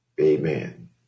Amen